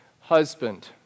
husband